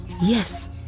Yes